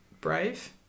brave